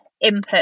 input